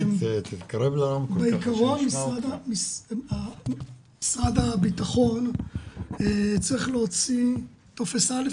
בעקרון משרד הבטחון צריך להוציא טופס א',